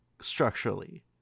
structurally